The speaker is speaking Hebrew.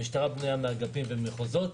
המשטרה בנויה מאגפים וממחוזות.